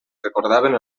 recordaven